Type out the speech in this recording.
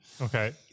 Okay